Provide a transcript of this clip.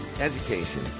education